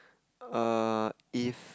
err if